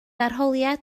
arholiad